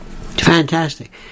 Fantastic